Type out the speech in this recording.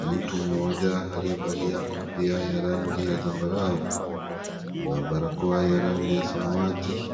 Mtu mmoja aliyevalia kofia ya rangi ya zambarau na barakoa ya rangi ya samawati